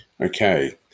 Okay